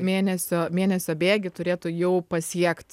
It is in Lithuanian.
mėnesio mėnesio bėgy turėtų jau pasiekt